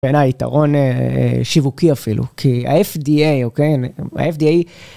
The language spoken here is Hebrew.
בעיניי, יתרון שיווקי אפילו, כי ה-FDA, אוקיי, ה-FDA...